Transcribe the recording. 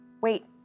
Wait